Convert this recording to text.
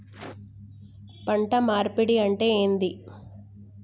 పంట మార్పిడి అంటే ఏంది?